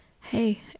hey